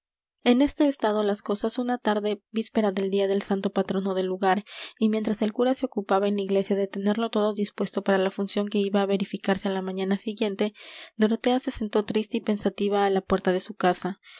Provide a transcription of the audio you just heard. en este estado las cosas una tarde víspera del día del santo patrono del lugar y mientras el cura se ocupaba en la iglesia en tenerlo todo dispuesto para la función que iba á verificarse á la mañana siguiente dorotea se sentó triste y pensativa á la puerta de su casa